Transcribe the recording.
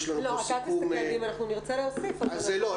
תסכם, ואם נרצה להוסיף אז שזה יהיה לך.